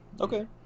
Okay